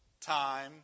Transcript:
time